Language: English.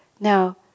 Now